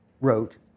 wrote